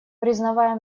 признавая